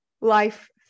life